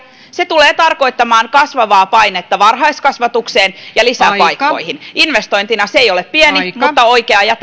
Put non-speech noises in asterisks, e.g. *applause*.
se tulee tarkoittamaan kasvavaa painetta varhaiskasvatukseen ja lisäpaikkoihin investointina se ei ole pieni mutta oikea ja *unintelligible*